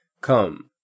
Come